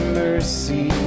mercy